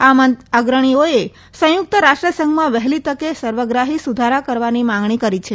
આ અગ્રણીઓએ સંયુક્ત રાષ્ટ્રસંઘમાં વહેલી તકે સર્વગ્રાહી સુધારા કરવાની માંગણી કરી છે